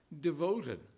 devoted